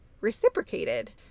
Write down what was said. reciprocated